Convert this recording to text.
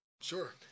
Sure